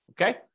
Okay